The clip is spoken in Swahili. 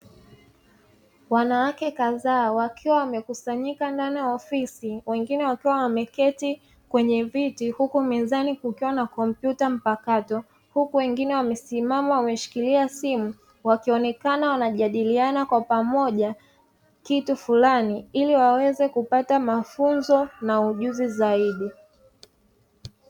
Wanawake kadhaa wakiwa wamekusanyika ndani ya ofisi wengine wakiwa wameketi kwenye viti, huku mezani kukiwa na kompyuta mpakato, huku wengine wamesimama wameshikilia simu wakionekana wanajadiliana kwa pamoja kitu fulani ili waweze kupata mafunzo na ujuzi zaidi.